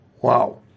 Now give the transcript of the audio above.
Wow